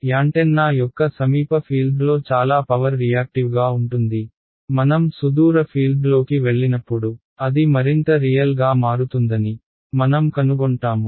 antenna యొక్క సమీప ఫీల్డ్లో చాలా పవర్ రియాక్టివ్గా ఉంటుంది మనం సుదూర ఫీల్డ్లోకి వెళ్లినప్పుడు అది మరింత రియల్ గా మారుతుందని మనం కనుగొంటాము